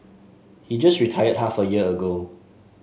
he just retired half a year ago